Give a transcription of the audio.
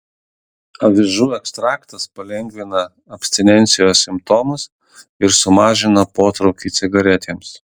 avižų ekstraktas palengvina abstinencijos simptomus ir sumažina potraukį cigaretėms